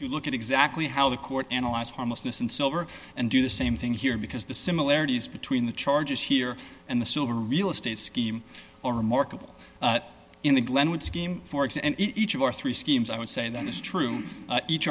to look at exactly how the court analyzed harmlessness and silver and do the same thing here because the similarities between the charges here and the silver real estate scheme or remarkable in the glenwood scheme for example each of our three schemes i would say that is true each